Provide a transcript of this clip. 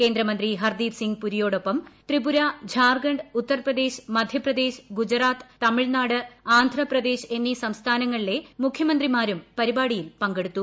കേന്ദ്രമന്ത്രി ഹർദീപ്സിംഗ് പുരിയോടൊപ്പം ത്രിപുര ത്ധാർഖണ്ഡ് ഉത്തർപ്രദേശ് മധ്യപ്രദേശ് ഗുജറാത്ത് തമിഴ്നാട് ആന്ധ്രാപ്രദേശ് എന്നീ സംസ്ഥാനങ്ങളിലെ മുഖ്യമന്ത്രിമാരും പരിപാടിയിൽ പങ്കെടുത്തു